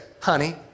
Honey